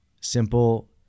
simple